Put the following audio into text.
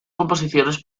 composiciones